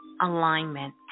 alignment